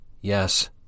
Yes